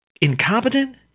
Incompetent